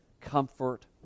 comfort